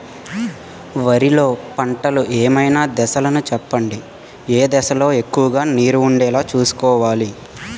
వరిలో పంటలు ఏమైన దశ లను చెప్పండి? ఏ దశ లొ ఎక్కువుగా నీరు వుండేలా చుస్కోవలి?